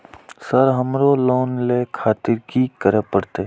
Sir हमरो loan ले खातिर की करें परतें?